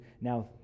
now